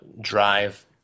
drive –